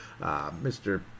Mr